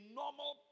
normal